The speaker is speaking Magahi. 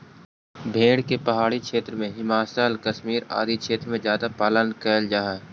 भेड़ के पहाड़ी क्षेत्र में, हिमाचल, कश्मीर आदि क्षेत्र में ज्यादा पालन कैल जा हइ